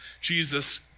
Jesus